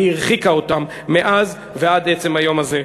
היא הרחיקה אותם מאז ועד עצם היום הזה.